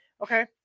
okay